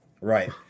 Right